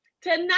tonight